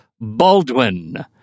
Baldwin